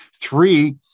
Three